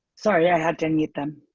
sorry, i had to mute them,